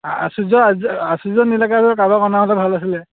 আচুৰ্য্য় আজ আচুৰ্য্য় নীলআকাশ কাৰোবাক অনা হ'লে ভাল আছিলে